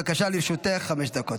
בבקשה, לרשותך חמש דקות.